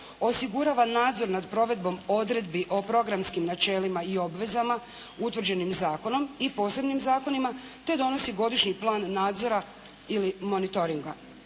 osigurava nadzor nad provedbom odredbi o programskim načelima i obvezama utvrđenim zakonom i posebnim zakonom, te donosi godišnji plan nadzora ili monitoringa.